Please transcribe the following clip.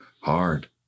Hard